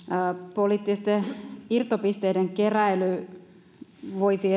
poliittisten irtopisteiden keräily voisi